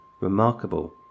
Remarkable